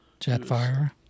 Jetfire